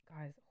guys